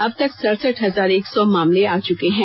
अब तक सड़सठ हजार एक सौ मामले आ चुके हैं